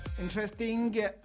interesting